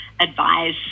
advise